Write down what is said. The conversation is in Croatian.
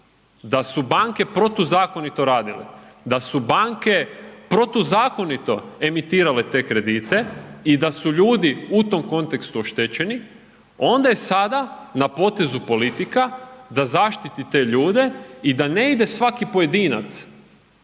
da su banke protuzakonito radile, da su banke protuzakonito emitirale te kredite i da su ljudi u tom kontekstu oštećeni, onda je sada na potezu politika da zaštiti te ljude i da ne ide svaki pojedinac